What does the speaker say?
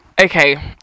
Okay